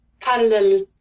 parallel